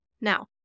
Now